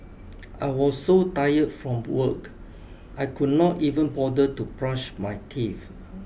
I was so tired from work I could not even bother to brush my teeth